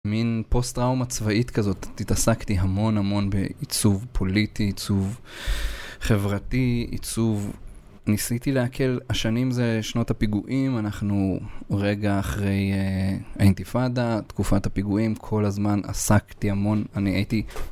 מן פוסט-טראומה צבאית כזאת, התעסקתי המון המון בעיצוב פוליטי, עיצוב חברתי, עיצוב... ניסיתי להקל. השנים זה שנות הפיגועים, אנחנו רגע אחרי איינתיפאדה, תקופת הפיגועים, כל הזמן עסקתי המון, אני הייתי...